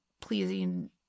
pleasing